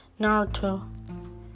Naruto